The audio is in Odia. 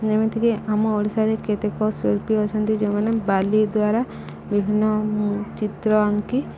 ଯେମିତିକି ଆମ ଓଡ଼ିଶାରେ କେତେକ ଶିଳ୍ପୀ ଅଛନ୍ତି ଯେଉଁ ମାନେ ବାଲି ଦ୍ୱାରା ବିଭିନ୍ନ ଚିତ୍ର ଆଙ୍କି